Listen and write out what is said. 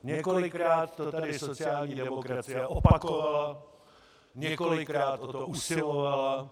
Několikrát to tady sociální demokracie opakovala, několikrát o to usilovala.